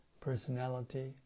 Personality